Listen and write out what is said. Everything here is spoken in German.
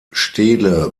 stele